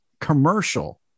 commercial